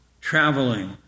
traveling